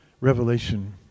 revelation